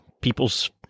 people's